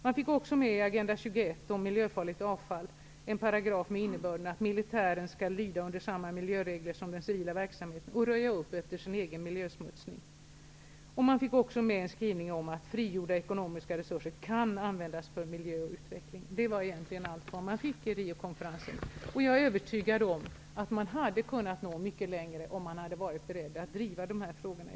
Man fick också med i Agenda 21 om miljöfarligt avfall en paragraf med innebörden att militären skall lyda under samma miljöregler som den civila verksamheten och skall röja upp efter sin egen miljösmutsning. Man fick också med en skrivning om att frigjorda ekonomiska resurser kan användas för miljö och utveckling. Det var egentligen allt som man uppnådde vid Riokonferensen. Jag är övertygad om att man hade kunnat nå mycket längre om man hade varit berdd att driva dessa frågor.